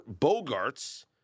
Bogarts